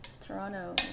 Toronto